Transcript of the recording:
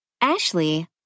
Ashley